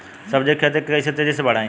सब्जी के खेती के कइसे तेजी से बढ़ाई?